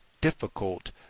difficult